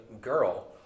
girl